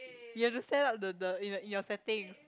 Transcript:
you have to set up the the in in your settings